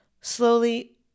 slowly